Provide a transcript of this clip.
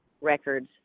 records